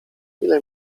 ile